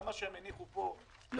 גם מה שהם הניחו פה --- לא.